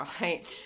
right